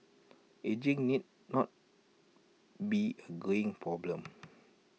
ageing need not be A greying problem